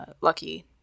lucky